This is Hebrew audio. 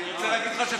מיקי, שבת, שבת.